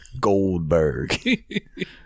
goldberg